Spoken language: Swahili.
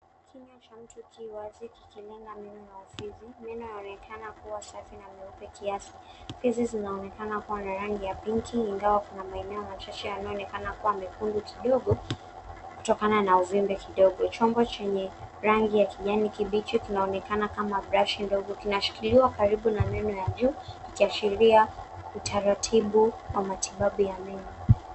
Kinywa cha mtu ki wazi kikilenga meno na ufizi. Meno yaonekana kuwa safi na meupe kiasi. Hizi zinaonekana kuwa ni rangi ya pinki ingawa kuna maeneo machache yanayoonekana kuwa mekundu kidogo kutokana na uvimbe kidogo. Chombo chenye rangi ya kijani kibichi kinaonekana kama brashi ndogo kinashikiliwa karibu na meno ya juu kikiashiria utaratibu wa matibabu ya meno.